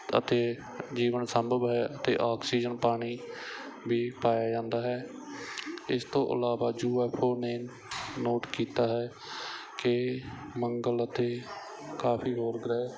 ਅਤੇ ਜੀਵਨ ਸੰਭਵ ਹੈ ਅਤੇ ਆਕਸੀਜਨ ਪਾਣੀ ਵੀ ਪਾਇਆ ਜਾਂਦਾ ਹੈ ਇਸ ਤੋਂ ਇਲਾਵਾ ਯੂ ਐੱਫ ਓ ਨੇ ਨੋਟ ਕੀਤਾ ਹੈ ਕਿ ਮੰਗਲ ਅਤੇ ਕਾਫ਼ੀ ਹੋਰ ਗ੍ਰਹਿ